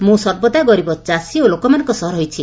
ମୁଁ ସର୍ବଦା ଗରିବ ଚାଷୀ ଓ ଲୋକମାନଙ୍କ ସହ ରହିଛି